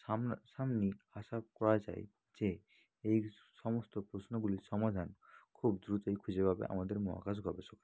সামনা সামনি আশা করা যায় যে এই সমস্ত প্রশ্নগুলির সমাধান খুব দ্রুতই খুঁজে পাবে আমাদের মহাকাশ গবেষকরা